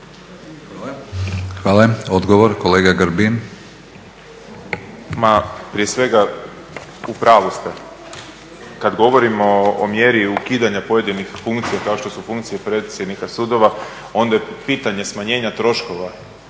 Hvala. Odgovor, kolega Grbin. **Grbin, Peđa (SDP)** Ma prije svega, u pravu ste. Kad govorimo o mjeri ukidanja pojedinih funkcija kao što su funkcije predsjednika sudova, onda je pitanje smanjenja troškova